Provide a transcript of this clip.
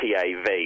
TAV